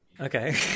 okay